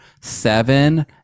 seven